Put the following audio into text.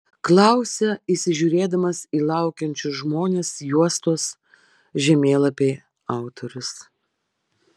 klausia įsižiūrėdamas į laukiančius žmones juostos žemėlapiai autorius